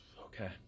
Okay